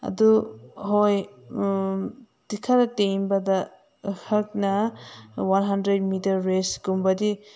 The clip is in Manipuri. ꯑꯗꯨ ꯍꯣꯏ ꯈꯔ ꯇꯦꯟꯕꯗ ꯑꯩꯍꯥꯛꯅ ꯋꯥꯟ ꯍꯟꯗ꯭ꯔꯦꯠ ꯃꯤꯇꯔ ꯔꯦꯁ ꯀꯨꯝꯕꯗꯤ